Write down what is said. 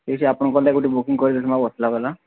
ଏଇଠି ଆପଣଙ୍କର ଲାଗି ଗୋଟେ ବୁକିଙ୍ଗ କରି ରଖିବା ପତଳା ବାଲା